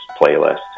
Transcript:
playlist